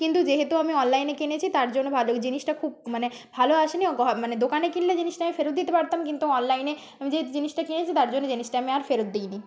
কিন্তু যেহেতু আমি অনলাইনে কিনেছি তার জন্য ভালো জিনিসটা খুব মানে ভালো আসেনি মানে দোকানে কিনলে জিনিসটা আমি ফেরত দিতে পারতাম কিন্তু অনলাইনে যেহেতু জিনিসটা কিনেছি তার জন্য জিনিসটা আমি আর ফেরত দিইনি